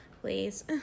please